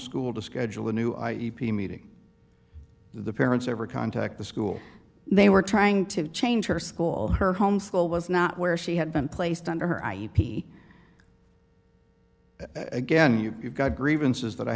school to schedule a new i e p meeting the parents ever contact the school they were trying to change her school her home school was not where she had been placed under i e again you've got grievances that i